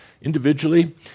individually